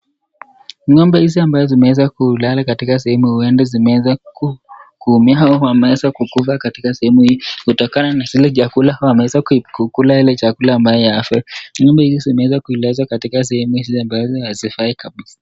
Ng'ombe hizi ambazo zimeweza kulala katika sehemu huenda zimeweza kuumia au wameweza kufa katika sehemu hii kutokana na zile chakula, au wameweza kula ile chakula ambayo hawafai. Ng'ombe hizi zimeweza kulazwa katika sehemu hizi ambazo hazifai kabisa.